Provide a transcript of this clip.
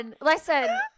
listen